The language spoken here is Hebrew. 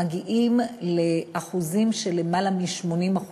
מגיעים ליותר מ-80%,